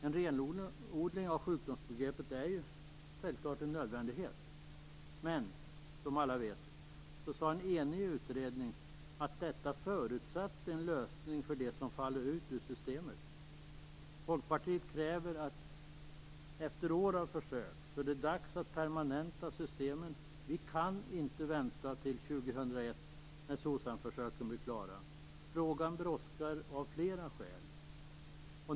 En renodling av sjukdomsbegreppet är självfallet en nödvändighet, men som alla vet sade en enig utredning att detta förutsätter en lösning för dem som faller ut ur systemet. Folkpartiet tycker att det är dags att permanenta systemen nu, efter år av försök. Vi kan inte vänta till 2001, när SOCSAM-försöken blir klara. Frågan brådskar av flera skäl.